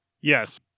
Yes